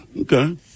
okay